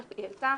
היא העלתה